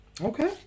Okay